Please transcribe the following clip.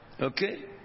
Okay